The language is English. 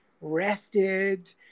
rested